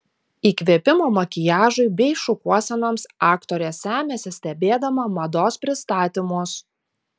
įkvėpimo makiažui bei šukuosenoms aktorė semiasi stebėdama mados pristatymus